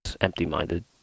empty-minded